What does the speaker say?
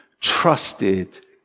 trusted